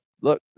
look